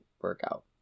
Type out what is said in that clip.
workout